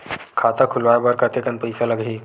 खाता खुलवाय बर कतेकन पईसा लगही?